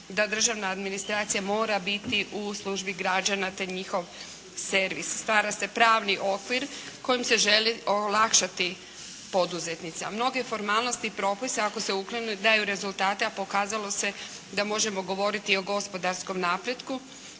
da državna administracija mora biti u službi građana, te njihov servis. Stvara se pravni okvir kojim se želi olakšati …/Govornik se ne razumije./… a mnoge formalnosti i propise ako se ukinu i daju rezultate, a pokazalo se da možemo govoriti i o gospodarskom napretku